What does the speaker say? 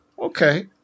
okay